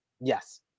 Yes